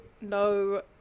no